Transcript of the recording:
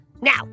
Now